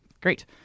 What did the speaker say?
great